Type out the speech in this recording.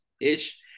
ish